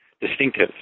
distinctive